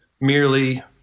merely